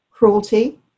cruelty